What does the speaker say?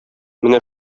менә